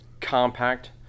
Compact